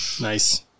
Nice